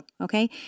okay